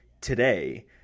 today